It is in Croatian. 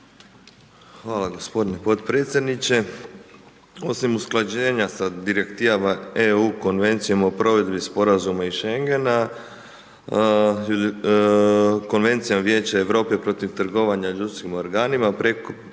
Hvala g. potpredsjedniče. Osim usklađenja sa direktivama EU Konvencijom o provedbi sporazuma i Schengena, Konvencijom Vijeća Europe protiv trgovanja ljudskim organima,